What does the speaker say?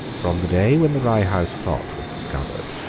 from the day when the rye house plot was discovered,